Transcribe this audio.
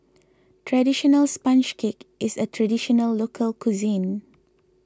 Traditional Sponge Cake is a Traditional Local Cuisine